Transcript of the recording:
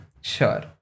Sure